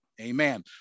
amen